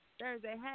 Thursday